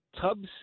tubs